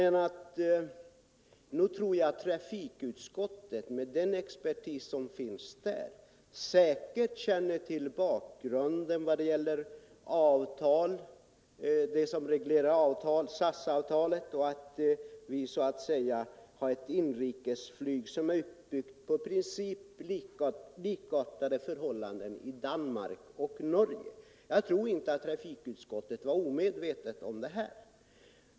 Nog tror jag att trafikutskottet, med den expertis som finns där, känner till bakgrunden och vad som reglerar SAS-avtalet och vet att vi har ett inrikesflyg som är uppbyggt efter i princip likartade förhållanden som inrikesflyget i Danmark och i Norge. Jag tror inte att man i trafikutskottet varit omedveten om detta.